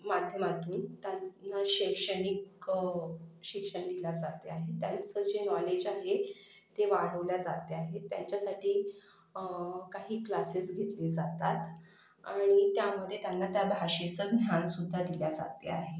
माध्यमातून त्यांना शैक्षणिक शिक्षण दिला जाते आहे त्यांचं जे नॉलेज आहे ते वाढवल्या जाते आहे त्यांच्यासाठी काही क्लासेस घेतले जातात आणि त्यामध्ये त्यांना त्या भाषेचं ज्ञानसुद्धा दिल्या जाते आहे